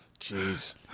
Jeez